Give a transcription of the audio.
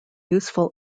useful